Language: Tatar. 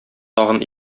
тагын